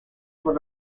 por